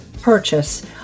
purchase